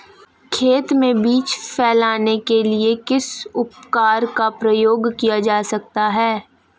खेत में बीज फैलाने के लिए किस उपकरण का उपयोग किया जा सकता है?